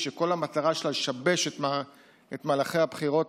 שכל המטרה שלה לשבש את מהלכי הבחירות,